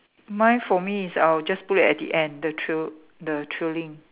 mine for me is I'll just put it at the end the trail the trailing